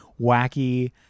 wacky